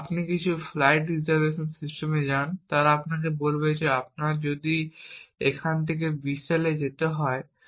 আপনি কিছু flight reservation সিস্টেমে যান তারা আপনাকে বলবে যে আপনি যদি এখান থেকে বেসিলে যেতে চান